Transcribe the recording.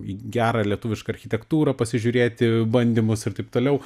į gerą lietuvišką architektūrą pasižiūrėti bandymus ir taip toliau